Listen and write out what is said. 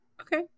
Okay